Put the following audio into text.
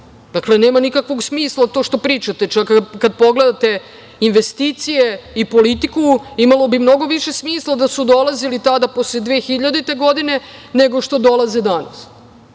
godine. Dakle, nema nikakvog smisla to što pričate, kad pogledate investicije i politiku imalo bi mnogo više smisla da su dolazili tada posle 2000. godine, nego što dolaze danas.